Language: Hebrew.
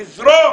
תזרום,